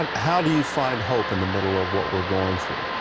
um how do you find hope in the middle of what we're going through?